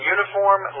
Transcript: Uniform